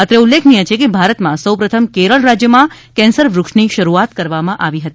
અત્રે ઉલ્લેખનીય છે કે ભારતમાં સૌ પ્રથમ કેરળ રાજ્યમાં કેન્સર વૃક્ષની શરૂઆત કરવામાં આવી હતી